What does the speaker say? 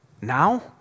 now